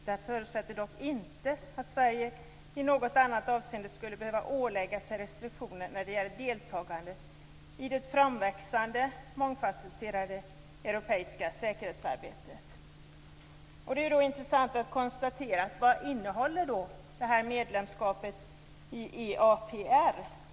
Den förutsätter dock inte att Sverige i något annat avseende skulle behöva ålägga sig restriktioner när det gäller deltagande i det framväxande mångfasetterade europeiska säkerhetsarbetet. Det är då intressant att konstatera vad medlemskapet i EAPR innebär.